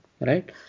right